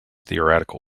theoretical